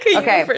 okay